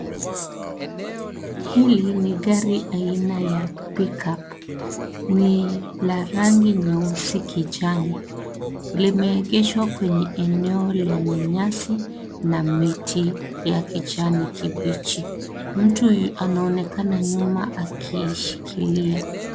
Hili ni gari aina ya pickup ni la rangi nyeusi kijani, limeegeshwa kwenye eneo lenye nyasi na miti ya kijani kibichi, mtu anaonekana nyuma akiishikilia.